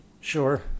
Sure